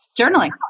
Journaling